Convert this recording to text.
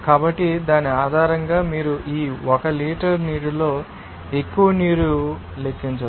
కాబట్టి దాని ఆధారంగా మీరు ఈ 1 లీటర్ నీటిలో ఎక్కువ నీరు ఏమిటో లెక్కించవచ్చు